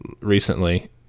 recently